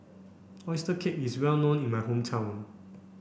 oyster cake is well known in my hometown